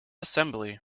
assembly